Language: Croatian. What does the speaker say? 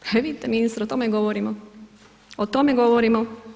Pa vidite ministre o tome i govorimo, o tome govorimo.